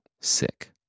sick